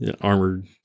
armored